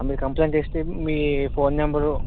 మీరు కంప్లైంట్ ఇస్తే మీ ఫోన్ నెంబరు